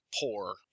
poor